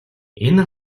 энэ